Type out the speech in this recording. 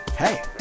Hey